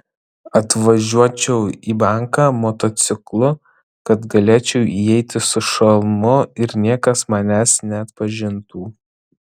atvažiuočiau į banką motociklu kad galėčiau įeiti su šalmu ir niekas manęs neatpažintų